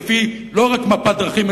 לא רק לפי מפת הדרכים,